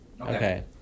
Okay